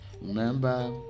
remember